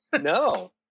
No